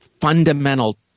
fundamental